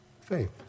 Faith